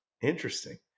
Interesting